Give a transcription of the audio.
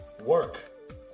Work